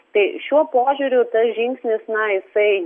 tai šiuo požiūriu tas žingsnis na jisai